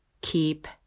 keep